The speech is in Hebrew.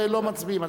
ולא מצביעים,